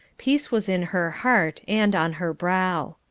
peace was in her heart and on her brow.